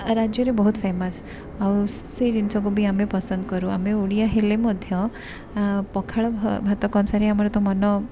ରାଜ୍ୟରେ ବହୁତ ଫେମସ୍ ଆଉ ସେ ଜିନିଷକୁ ବି ଆମେ ପସନ୍ଦ କରୁ ଆମେ ଓଡ଼ିଆ ହେଲେ ମଧ୍ୟ ପଖାଳ ଭାତ କଂସାରେ ତ ଆମ ମନ